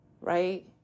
Right